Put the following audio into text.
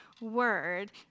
word